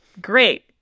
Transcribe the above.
Great